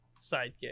Sidekick